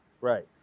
Right